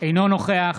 אינו נוכח